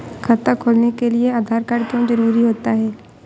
खाता खोलने के लिए आधार कार्ड क्यो जरूरी होता है?